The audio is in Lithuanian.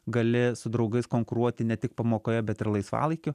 gali su draugais konkuruoti ne tik pamokoje bet ir laisvalaikiu